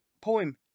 poem